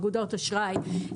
אגודות אשראי.